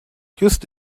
just